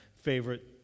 Favorite